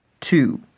two